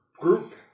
group